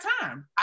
time